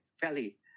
fairly